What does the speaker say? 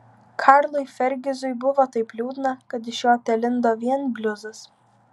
karlui fergizui buvo taip liūdna kad iš jo telindo vien bliuzas